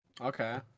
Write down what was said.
Okay